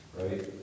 right